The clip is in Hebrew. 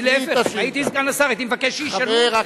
להיפך, אם הייתי סגן השר, הייתי מבקש שישאלו אותי.